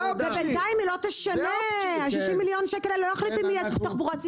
ב-2022 צריך 60 כדי להתקדם.